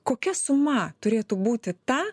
kokia suma turėtų būti ta